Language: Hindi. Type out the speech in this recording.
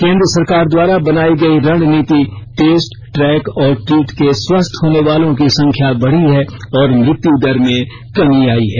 केन्द्र सरकार द्वारा बनाई गई रणनीति टेस्ट ट्रैक और ट्रीट से स्वस्थ होने वालों की संख्या बढी है और मृत्यु दर में कमी आई है